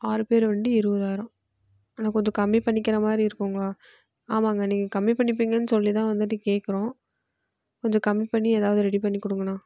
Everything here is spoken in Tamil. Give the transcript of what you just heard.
ஆறு பேர் வண்டி இருபதாயிரம் அண்ணா கொஞ்சம் கம்மி பண்ணிக்கிற மாதிரி இருக்குங்களா ஆமாங்க நீங்கள் கம்மி பண்ணிப்பிங்கனு சொல்லி தான் வந்துட்டு கேட்குறோம் கொஞ்சம் கம்மி பண்ணி ஏதாவது ரெடி பண்ணி கொடுங்கண்ணா